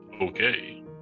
Okay